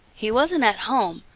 he wasn't at home,